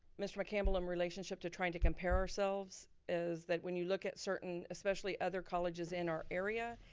mr. mccampbell in relationship to trying to compare ourselves is, that when you look at certain, especially other colleges in our area,